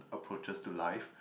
approaches to life